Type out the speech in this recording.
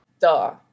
Duh